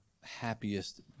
happiest